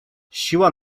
siła